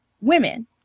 women